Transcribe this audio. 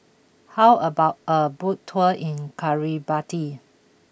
how about a boat tour in Kiribati